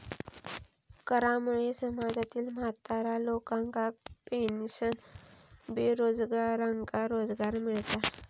करामुळे समाजातील म्हाताऱ्या लोकांका पेन्शन, बेरोजगारांका रोजगार मिळता